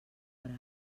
hora